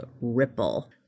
Ripple